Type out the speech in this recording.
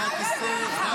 מהכיסא, טלי.